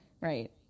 right